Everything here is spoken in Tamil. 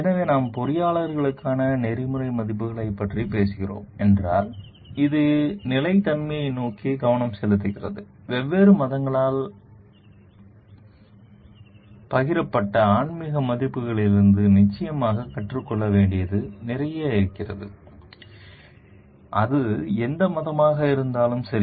எனவே நாம் பொறியியலாளர்களுக்கான நெறிமுறை மதிப்புகளைப் பற்றி பேசுகிறோம் என்றால் இது நிலைத்தன்மையை நோக்கி கவனம் செலுத்துகிறது வெவ்வேறு மதங்களால் பகிரப்பட்ட ஆன்மீக மதிப்புகளிலிருந்து நிச்சயமாக கற்றுக்கொள்ள வேண்டியது நிறைய இருக்கிறது அது எந்த மதமாக இருந்தாலும் சரி